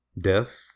Death